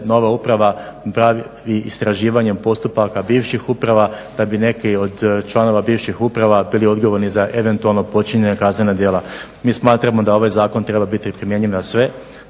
nova uprava bavi istraživanjem postupaka bivših uprava da bi neki od članova bivših uprava bili odgovorni za eventualno počinjena kaznena djela. Mi smatramo da ovaj zakon treba biti primjenjiv na sve,